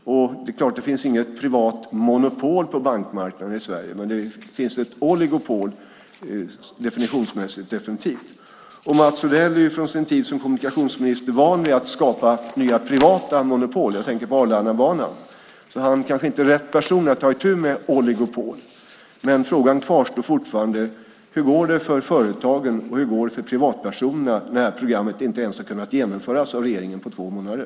Det är klart att det inte finns något privat monopol på bankmarknaden i Sverige, men det finns definitivt ett oligopol, definitionsmässigt. Mats Odell är från sin tid som kommunikationsminister van vid att skapa nya privata monopol - jag tänker på Arlandabanan - så han är kanske inte rätt person att ta itu med oligopol. Men frågan kvarstår: Hur går det för företagen, och hur går det för privatpersonerna, när programmet inte ens har kunnat genomföras av regeringen på två månader?